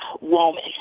woman